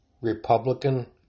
republican